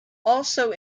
also